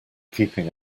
keeping